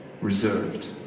reserved